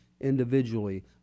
individually